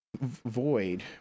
void